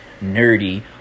nerdy